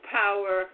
power